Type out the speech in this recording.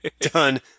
done